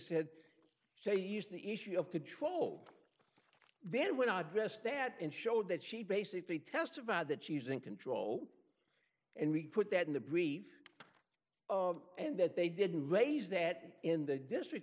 said say use the issue of control then when i addressed that and showed that she basically testified that she's in control and report that in the brief of and that they didn't raise that in the district